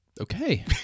Okay